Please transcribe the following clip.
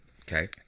okay